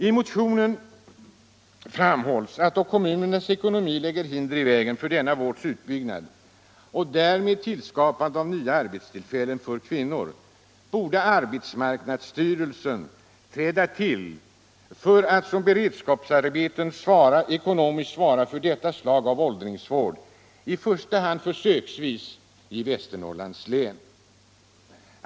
I motionen framhålles att då kommunernas ekonomi lägger hinder i vägen för denna vårds utbyggnad och därmed tillskapande av nya arbetstillfällen för kvinnor, borde arbetsmarknadsstyrelsen träda till för att genom beredskapsarbeten ekonomiskt svara för detta slag av åldringsvård, i första. hand försöksvis i Västernorrlands län.